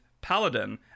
paladin